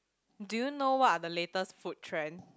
do you know what are the latest food trend